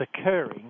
occurring